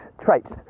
traits